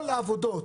כל העבודות,